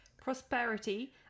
prosperity